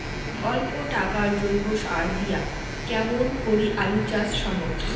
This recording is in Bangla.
অল্প টাকার জৈব সার দিয়া কেমন করি আলু চাষ সম্ভব?